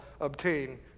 obtain